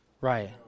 Right